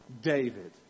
David